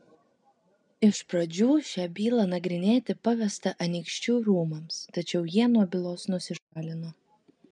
iš pradžių šią bylą nagrinėti pavesta anykščių rūmams tačiau jie nuo bylos nusišalino